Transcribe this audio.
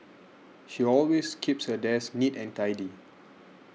she always keeps her desk neat and tidy